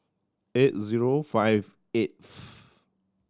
eight zero five eighth